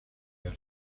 arte